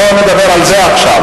לא נדבר על זה עכשיו,